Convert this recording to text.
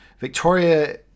Victoria